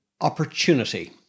Opportunity